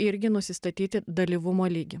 irgi nusistatyti dalyvumo lygį